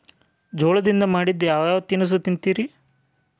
ಜೋಳದಿಂದ ಮಾಡಿದ ಯಾವ್ ಯಾವ್ ತಿನಸು ತಿಂತಿರಿ?